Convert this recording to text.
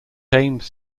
aims